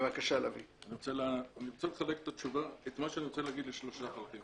אני רוצה לחלק את מה שאני רוצה להגיד לשלושה חלקים.